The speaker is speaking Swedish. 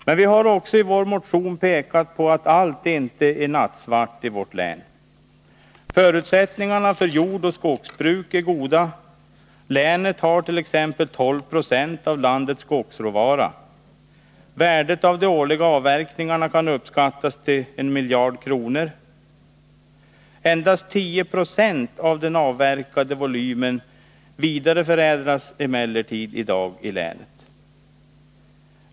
Men vi har i vår motion också pekat på att allt inte är nattsvart i vårt län: Förutsättningarna för jordoch skogsbruk är goda. Länet har t.ex. 12 4o av landets skogsråvara. Värdet av de årliga avverkningarna kan uppskattas till I miljard kronor. Endast 10 26 av den avverkade volymen vidareförädlas emellertid i dag i länet.